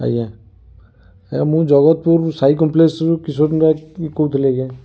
ଆଜ୍ଞା ଆଜ୍ଞା ମୁଁ ଜଗତପୁର ରୁ ସାଇ କମ୍ପ୍ଲେକ୍ସ ରୁ କିଶୋର ନାୟକ କହୁଥିଲି ଆଜ୍ଞା